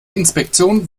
inspektion